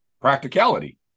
practicality